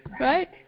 Right